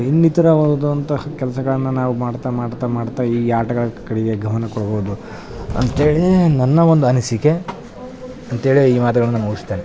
ಇನ್ನಿತರವಾದಂಥ ಕೆಲಸಗಳನ್ನ ನಾವು ಮಾಡ್ತಾ ಮಾಡ್ತಾ ಮಾಡ್ತಾ ಈ ಆಟಗಳ ಕಡೆಗೆ ಗಮನ ಕೊಡ್ಬೌದು ಅಂತೇಳಿ ನನ್ನ ಒಂದು ಅನಿಸಿಕೆ ಅಂತೇಳಿ ಈ ಮಾತುಗಳನ್ನು ಮುಗಿಸ್ತೇನೆ